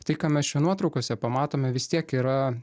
tai ką mes čia nuotraukose pamatome vis tiek yra